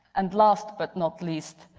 and last but not least,